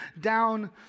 down